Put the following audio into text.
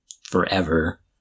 forever